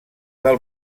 del